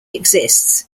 exists